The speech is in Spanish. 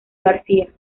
garcia